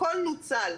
הכל נוצל.